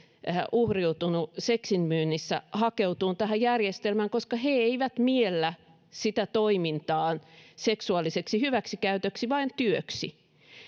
uhriutuneet seksin myynnissä hakeutumasta tähän järjestelmään koska he eivät miellä sitä toimintaa seksuaaliseksi hyväksikäytöksi vain työksi